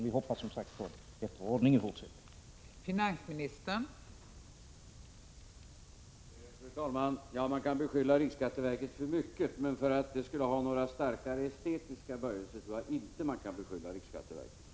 Vi hoppas, som sagt, på en bättre ordning i fortsättningen.